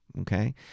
okay